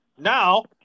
Now